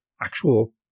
actual